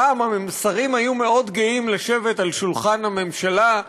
פעם השרים היו מאוד גאים לשבת ליד שולחן הממשלה.